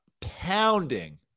Pounding